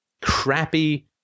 crappy